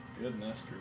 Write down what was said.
Goodness